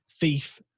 Thief